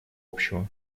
общего